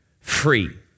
Free